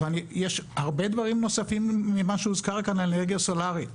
ויש הרבה דברים נוספים ממה שהוזכר כאן על אנרגיה סולרית,